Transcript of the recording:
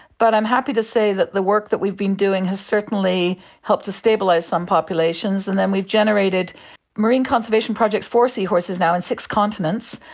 but i'm happy to say that the work that we've been doing has certainly helped to stabilise some populations, and then we've generated marine conservation projects for seahorses now in six continents,